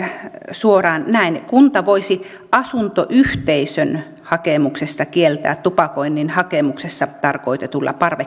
suoraan näin kunta voisi asuntoyhteisön hakemuksesta kieltää tupakoinnin hakemuksessa tarkoitetuilla parvekkeilla